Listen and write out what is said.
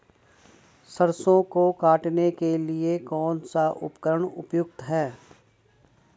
सरसों को काटने के लिये कौन सा उपकरण उपयुक्त है?